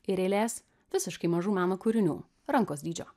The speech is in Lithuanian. ir eilės visiškai mažų meno kūrinių rankos dydžio